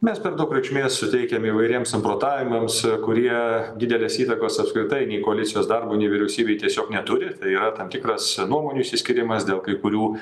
mes per daug reikšmės suteikiam įvairiem samprotavimams kurie didelės įtakos apskritai nei koalicijos darbui nei vyriausybei tiesiog neturi tai yra tam tikras nuomonių išsiskyrimas dėl kai kurių